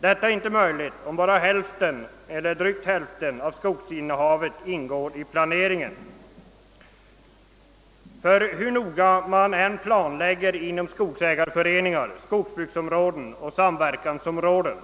Detta är inte möjligt om bara drygt hälften av skogsinnehavet ingår i planläggningen, ty hur noggrant man än planlägger i skogsägarföreningar, inom skogsbruksområden och samverkansområden